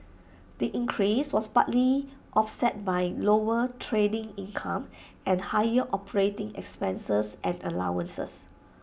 the increase was partly offset by lower trading income and higher operating expenses and allowances